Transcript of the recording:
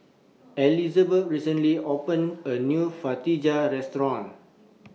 Elizabet recently opened A New Fajitas Restaurant